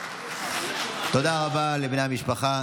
תודה רבה לבני המשפחה,